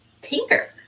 tinker